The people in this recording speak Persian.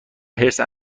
حرص